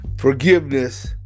Forgiveness